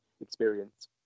experience